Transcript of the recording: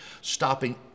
stopping